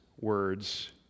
words